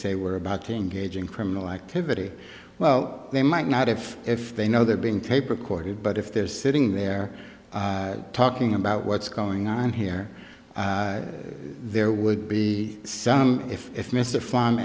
say were about to engage in criminal activity well they might not have if they know they're being tape recorded but if they're sitting there talking about what's going on here there would be some if if mr f